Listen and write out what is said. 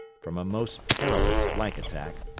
from a most perilous flank attack,